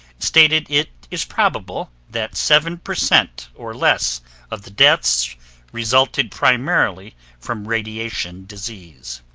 stated it is probable that seven per cent or less of the deaths resulted primarily from radiation disease.